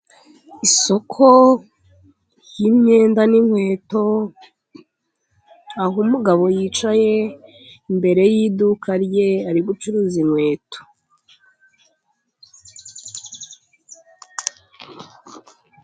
Isoko ry'imyenda n' inkweto, aho umugabo yicaye imbere y'iduka rye ari gucuruza inkweto.